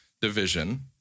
division